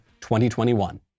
2021